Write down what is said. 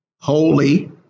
holy